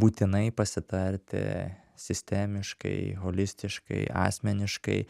būtinai pasitarti sistemiškai holistiškai asmeniškai